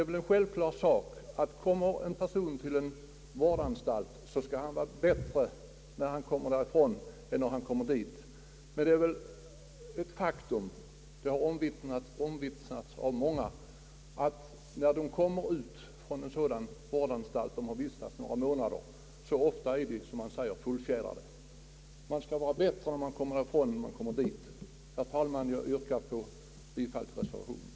Det är ett självklart önskemål att den som kommer ut från en vårdanstalt skall vara bättre än när han togs in, men det är ett faktum som har omvittnats av många, att de som kommer ut från en vårdanstalt efter att ha vistats där några månader ofta är som man säger fullfjädrade. Herr talman! Jag yrkar bifall till reservationen. 2) anhålla om skyndsam utredning och förslag till åtgärder, som kunde vidtagas för omhändertagande och behandling av narkotikamissbrukare.